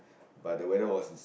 but the weather was it's